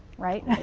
right?